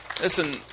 Listen